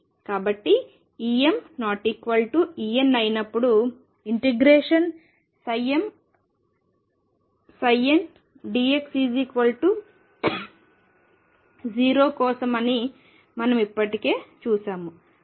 కాబట్టి EmEn అయినప్పుడు mndx0 కోసం అని మనం ఇప్పటికే చూశాము